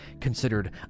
considered